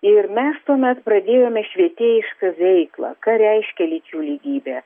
ir mes tuomet pradėjome švietėjišką veiklą ką reiškia lyčių lygybė